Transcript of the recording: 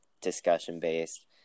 discussion-based